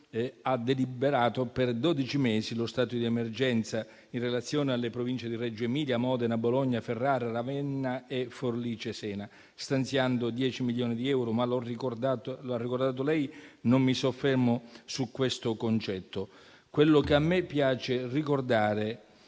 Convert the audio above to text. ha istituito per dodici mesi lo stato di emergenza in relazione alle Province di Reggio-Emilia, Modena, Bologna, Ferrara, Ravenna e Forlì-Cesena, stanziando 10 milioni di euro, ma lo ha ricordato lei e non mi soffermo su questo concetto. Quello che a me piace ricordare